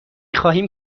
خواهیم